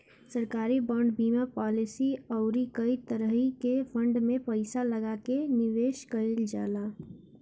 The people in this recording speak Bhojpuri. सरकारी बांड, बीमा पालिसी अउरी कई तरही के फंड में पईसा लगा के निवेश कईल जाला